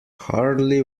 hardly